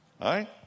Right